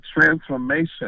transformation